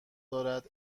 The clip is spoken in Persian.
دارد